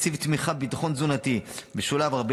תקציב תמיכה ביטחון תזונתי והמבחן